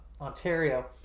ontario